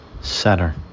center